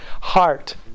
heart